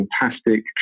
fantastic